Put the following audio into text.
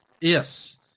Yes